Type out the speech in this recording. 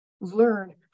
learn